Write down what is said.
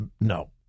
No